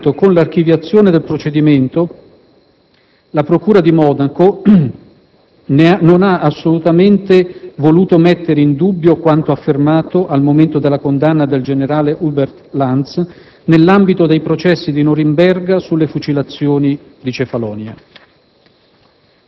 Pertanto, con l'archiviazione del procedimento, la procura di Monaco non ha assolutamente voluto mettere in dubbio quanto affermato al momento della condanna del generale Hubert Lanz nell'ambito dei processi di Norimberga sulle fucilazioni di Cefalonia».